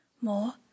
More